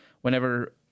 whenever